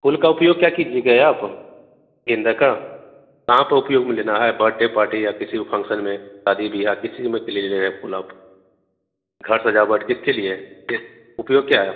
फूल का उपयोग क्या कीजिएगा आप गेंदे का कहाँ पर उपयोग में लेना है बर्डे पार्टी या किसी के फंक्सन में शादी ब्याह किसी में के लिए ले रहे हैं फूल आप घर सजावट किसके लिए ये उपयोग क्या है